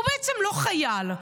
הוא בעצם לא חייל.